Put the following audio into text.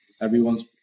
everyone's